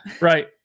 right